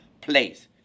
place